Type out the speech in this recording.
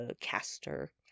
caster